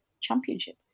championship